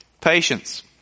Patience